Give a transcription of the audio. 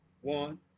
one